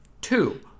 Two